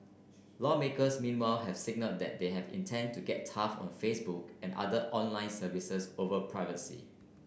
lawmakers meanwhile have signalled that they intend to get tough on Facebook and other online services over privacy